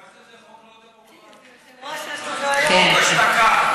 בגלל שזה חוק לא דמוקרטי, זה חוק השתקה.